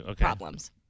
problems